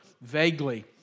vaguely